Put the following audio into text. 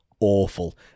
awful